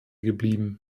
geblieben